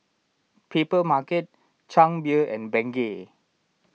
Papermarket Chang Beer and Bengay